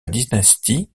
dynastie